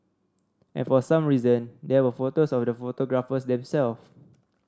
and for some reason there were photos of the photographers themselves